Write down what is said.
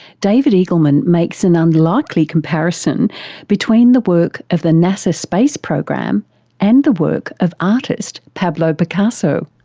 david eagleman makes an unlikely comparison between the work of the nasa space program and the work of artist pablo picasso.